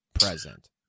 present